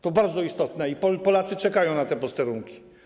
To bardzo istotne i Polacy czekają na te posterunki.